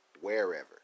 wherever